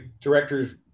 director's